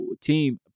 team